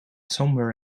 somewhere